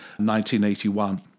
1981